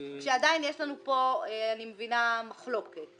אני מבינה שעדיין יש לנו מחלוקת בנושא.